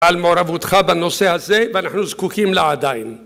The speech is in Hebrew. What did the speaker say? על מעורבותך בנושא הזה ואנחנו זקוקים לעדיין